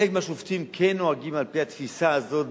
חלק מהשופטים כן נוהגים על-פי התפיסה הזאת,